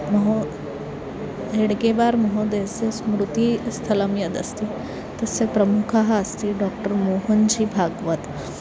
महो हेड्गेवार् महोदयस्य स्मृतिस्थलं यदस्ति तस्य प्रमुखः अस्ति डोक्टर् मोहन् जी भाग्वत्